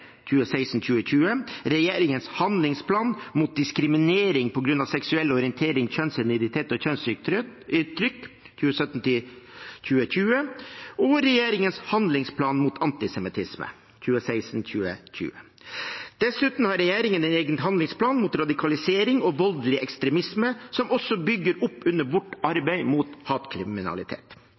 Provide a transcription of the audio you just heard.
Regjeringens handlingsplan mot diskriminering på grunn av seksuell orientering, kjønnsidentitet og kjønnsuttrykk 2017–2020 Regjeringens Handlingsplan mot antisemittisme 2016–2020 Dessuten har regjeringen en egen handlingsplan mot radikalisering og voldelig ekstremisme, som også bygger opp under dens arbeid mot hatkriminalitet.